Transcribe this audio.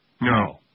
no